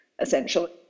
essentially